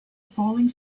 falling